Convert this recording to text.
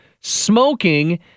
smoking